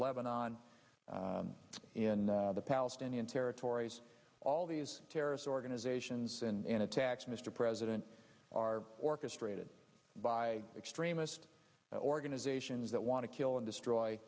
lebannon in the palestinian territories all these terrorist organizations and attacks mr president are orchestrated by extremist organizations that want to kill and destroy